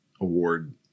award